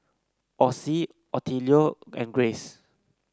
Ossie Attilio and Grayce